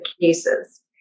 cases